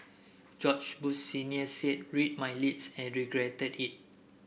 George Bush Senior said read my lips and regretted it